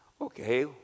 Okay